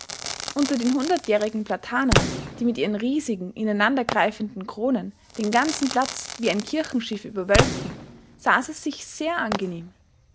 unter den hundertjährigen platanen die mit ihren riesigen ineinander greifenden kronen den ganzen platz wie ein kirchenschiff überwölbten saß es sich sehr angenehm